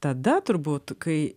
tada turbūt kai